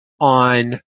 on